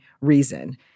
reason